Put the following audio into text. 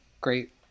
great